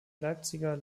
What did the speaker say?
leipziger